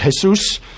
jesus